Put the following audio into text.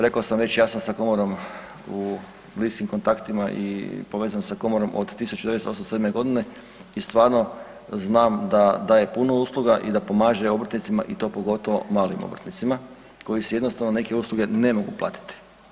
Rekao sam već, ja sam sa Komorom u bliskim kontaktima i povezan sa Komorom od 1987. g. i stvarno znam da daje puno usluga i da pomaže obrtnicima i to pogotovo malim obrtnicima koji si jednostavno neke usluge ne mogu platiti.